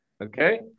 Okay